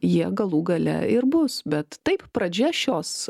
jie galų gale ir bus bet taip pradžia šios